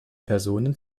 personen